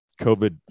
COVID